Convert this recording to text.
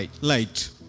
light